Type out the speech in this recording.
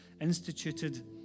instituted